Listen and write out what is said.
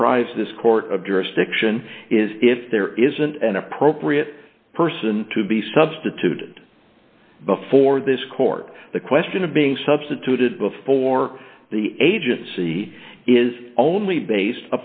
deprives this court of jurisdiction is if there isn't an appropriate person to be substituted before this court the question of being substituted before the agency is only based